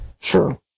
Sure